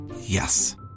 Yes